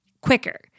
quicker